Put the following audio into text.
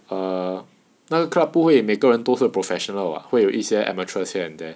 err 那个 club 不会每个人都是 professionals [what] 会有一些 amateur here and there